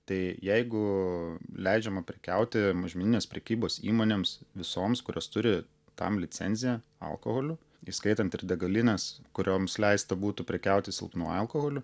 tai jeigu leidžiama prekiauti mažmeninės prekybos įmonėms visoms kurios turi tam licenciją alkoholiu įskaitant ir degalines kurioms leista būtų prekiauti silpnu alkoholiu